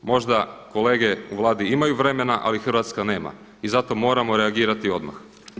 Možda kolege u Vladi imaju vremena, ali Hrvatska nema i zato moramo reagirati odmah.